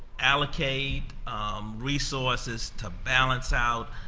allocate resources to balance out